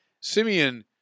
Simeon